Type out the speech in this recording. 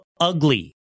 ugly